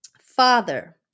father